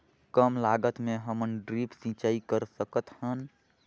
कम लागत मे हमन ड्रिप सिंचाई कर सकत हन?